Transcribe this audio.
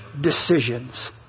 decisions